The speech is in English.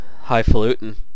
Highfalutin